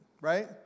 right